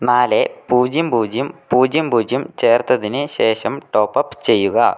നാല് പൂജ്യം പൂജ്യം പൂജ്യം പൂജ്യം ചേർത്തതിന് ശേഷം ടോപ്പ് അപ്പ് ചെയ്യുക